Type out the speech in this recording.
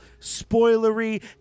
spoilery